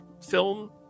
film